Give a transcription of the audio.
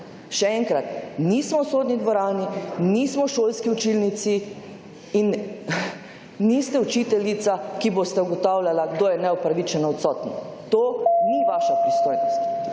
Še enkrat, nismo v sodni dvorani, nismo v šolski učilnici in niste učiteljica, ki boste ugotavljala kdo je neupravičeno odsoten. To ni vaša pristojnost.